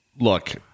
look